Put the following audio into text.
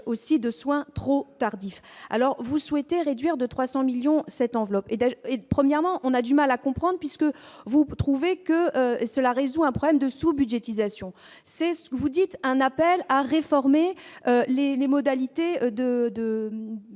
aussi de soins trop tardif, alors vous souhaitez réduire de 300 millions cette enveloppe est d'ailleurs et d'premièrement, on a du mal à comprendre puisque vous vous trouvez que cela résout un problème de sous-budgétisation, c'est ce que vous dites, un appel à réformer les les modalités de